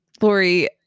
Lori